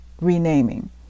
renaming